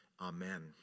Amen